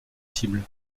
cibles